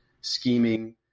scheming